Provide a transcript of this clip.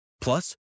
Plus